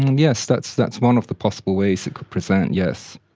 yes, that's that's one of the possible ways it could present, yes.